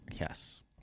Yes